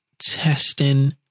testing